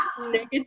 negative